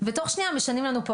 ותוך שנייה משנים לנו פה.